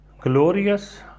Glorious